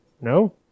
No